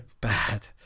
bad